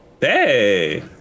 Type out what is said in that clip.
Hey